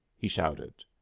he shouted.